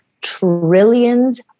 trillions